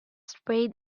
sprayed